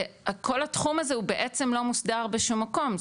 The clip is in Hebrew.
כל התחום הזה הוא בעצם לא מוסדר בשום מקום,